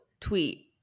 tweet